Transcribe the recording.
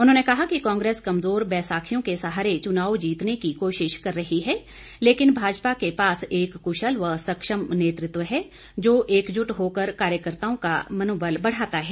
उन्होंने कहा कि कांग्रेस कमजोर बैसाखियों के सहारे चुनाव जीतने की कोशिश कर रही है लेकिन भाजपा के पास एक कुश्ल व सक्षम नेतृत्व है जो एकजुट होकर कार्यकर्ताओं का मनोबल बढ़ाता है